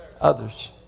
Others